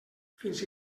fins